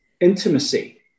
intimacy